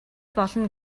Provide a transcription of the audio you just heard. болно